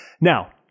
Now